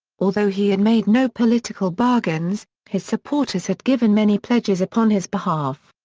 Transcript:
although he had made no political bargains, his supporters had given many pledges upon his behalf.